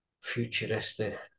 futuristic